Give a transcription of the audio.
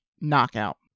knockout